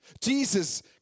Jesus